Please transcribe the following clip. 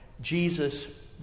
Jesus